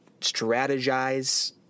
strategize